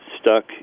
stuck